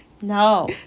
No